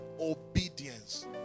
Obedience